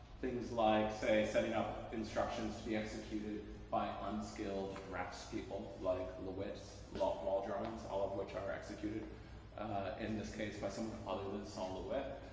things like say setting up instructions to be executed by unskilled craftspeople, like lewitt's wall wall drawings all of which are executed in this case by someone other than sol lewitt,